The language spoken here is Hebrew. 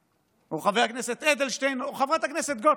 או חבר הכנסת אדלשטיין, או חברת הכנסת גוטליב,